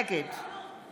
נגד